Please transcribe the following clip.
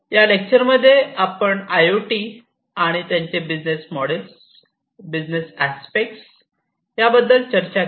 या लेक्चर मध्ये आपण आय ओ टी त्याचे बिझनेस मॉडेल्स बिझनेस अस्पेक्ट या याबद्दल चर्चा केली